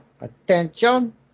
Attention